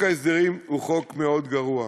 שחוק ההסדרים הוא חוק מאוד גרוע,